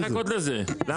זו הבעיה, זו הבעיה.